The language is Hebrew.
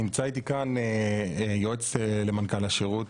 נמצא איתי כאן היועץ למנכ"ל השירות,